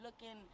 looking